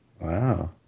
Wow